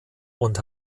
und